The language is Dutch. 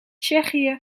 tsjechië